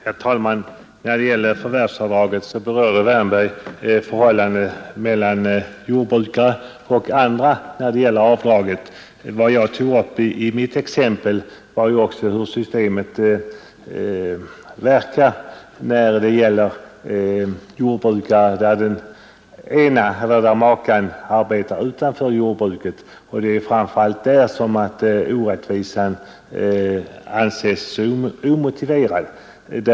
Herr talman! När det gäller förvärvsavdraget berörde herr Wärnberg förhållandet mellan jordbrukare och andra. Vad jag tog upp i mitt exempel var ju också hur systemet verkar för en jordbrukare vars maka arbetar utanför jordbruket. Det är framför allt där orättvisan framträder.